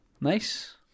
nice